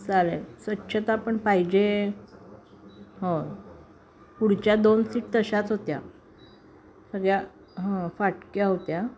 चालेल स्वच्छता पण पाहिजे होय पुढच्या दोन सीट तशाच होत्या सगळ्या हां फाटक्या होत्या